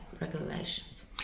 regulations